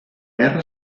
guerra